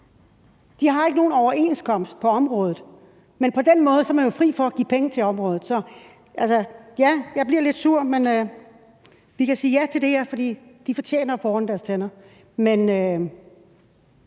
De har ikke nogen overenskomst på området. Men på den måde er man jo fri for at give penge til området. Så ja, jeg bliver lidt sur. Vi kan sige ja til det her, fordi de fortjener at få ordnet deres tænder,